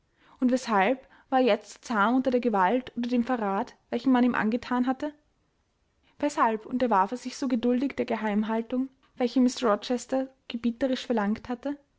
und weshalb war er jetzt so zahm unter der gewalt oder dem verrat welchen man ihm angethan hatte weshalb unterwarf er sich so geduldig der geheimhaltung welche mr rochester gebieterisch verlangt hatte